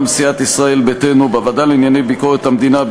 סיעת ישראל ביתנו: בוועדה לענייני ביקורת המדינה,